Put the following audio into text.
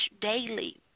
daily